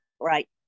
Right